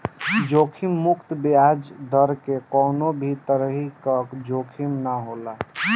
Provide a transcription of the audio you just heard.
जोखिम मुक्त बियाज दर में कवनो भी तरही कअ जोखिम ना होला